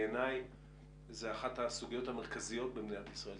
בעיני זו אחת הסוגיות המרכזיות במדינת ישראל.